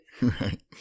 Right